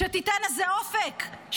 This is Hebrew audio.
שתיתן איזה אופק,